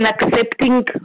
accepting